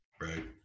right